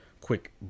Quick